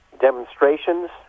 demonstrations